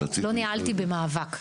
לא ניהלתי במאבק.